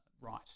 right